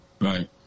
right